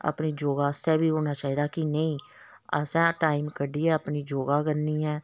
अपने योगा आस्तै बी होना चाहिदा कि नेईं असें टाइम कड्ढियै अपनी योगा करनी ऐ